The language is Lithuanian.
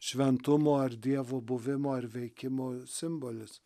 šventumo ar dievo buvimo ar veikimo simbolis